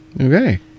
Okay